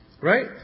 Right